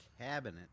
Cabinet